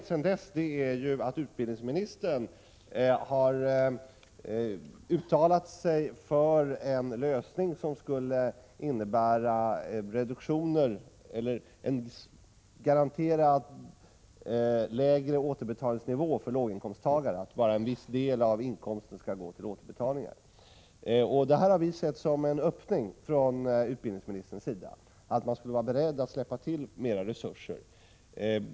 Sedan dess har utbildningsministern nämligen uttalat sig för en lösning som skulle innebära reduktioner, eller en garanterat lägre återbetalningsnivå för låginkomsttagare, så att bara en viss del av inkomsten skall gå till återbetalningar. Det har vi sett som en öppning från utbildningsministerns sida — att man alltså skulle vara beredd att släppa till mera resurser.